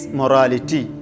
morality